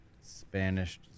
Spanish